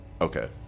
okay